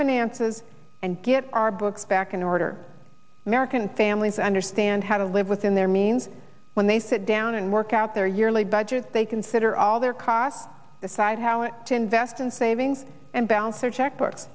finances and get our books back in order american families understand how to live within their means when they sit down and work out their yearly budgets they consider all their costs decide how it to invest in savings and balance or checkbook